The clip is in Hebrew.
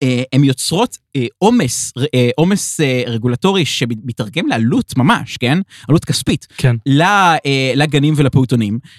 הן יוצרות עומס עומס רגולטורי שמתרגם לעלות ממש, עלות כספית כן לגנים ולפעוטונים.